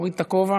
מוריד את הכובע.